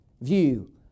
view